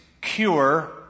cure